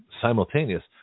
simultaneous